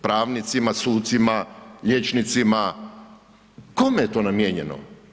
Pravnicima, sucima, liječnicima, kome je to namijenjeno?